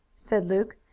said luke,